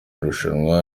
rushanwa